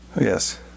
Yes